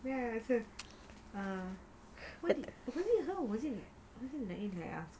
where I the err was it her or was it